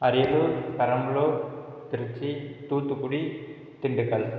Ariyalur Perambalur Tiruchi Thoothukudi Dindigul